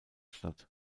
statt